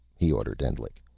he ordered endlich.